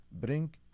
bring